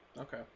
Okay